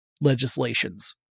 legislations